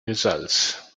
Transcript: results